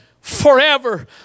forever